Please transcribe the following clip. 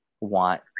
want